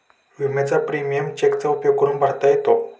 विम्याचा प्रीमियम चेकचा उपयोग करून भरता येतो